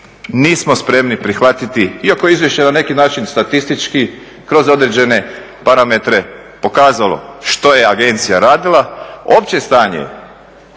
nismo spremni prihvatiti iako je izvješće na neki način statistički kroz određene parametre pokazalo što je agencija radila opće stanje u